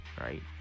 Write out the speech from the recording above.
right